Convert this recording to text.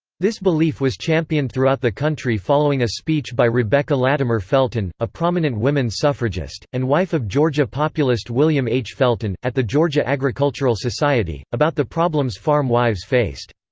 this belief was championed throughout the country following a speech by rebecca latimer felton, a prominent women's suffragist, and wife of georgia populist william h. felton, at the georgia agricultural society, about the problems farm wives faced.